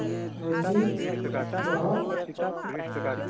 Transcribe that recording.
Ranjit ᱡᱚᱦᱚᱨ